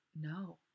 No